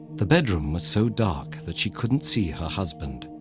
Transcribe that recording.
the bedroom was so dark that she couldn't see her husband.